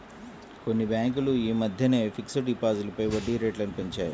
కొన్ని బ్యేంకులు యీ మద్దెనే ఫిక్స్డ్ డిపాజిట్లపై వడ్డీరేట్లను పెంచాయి